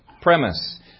Premise